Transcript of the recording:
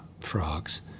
Frogs